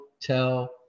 tell